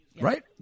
Right